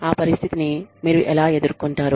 ఆ పరిస్థితిని మీరు ఎలా ఎదుర్కొంటారు